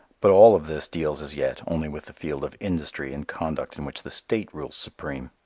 but all of this deals as yet only with the field of industry and conduct in which the state rules supreme.